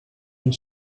and